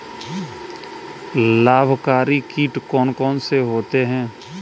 लाभकारी कीट कौन कौन से होते हैं?